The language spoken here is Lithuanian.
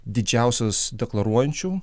didžiausias deklaruojančių